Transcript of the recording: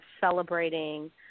celebrating